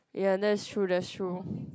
ya that is true that's true